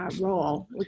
Role